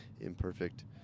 imperfect